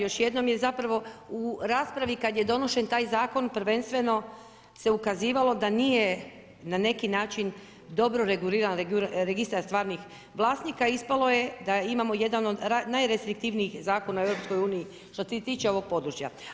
Još jednom je zapravo u raspravi kad je donošen taj zakon prvenstveno se ukazivalo da nije na neki način dobro reguliran Registar stvarnih vlasnika, ispalo je da imamo jedan od najrestriktivnijih zakona u EU-u što se tiče ovog područja.